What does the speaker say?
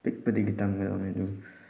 ꯄꯤꯛꯄꯗꯒꯤ ꯇꯝꯒꯗꯕꯅꯦ ꯑꯗꯨꯒ